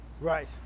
Right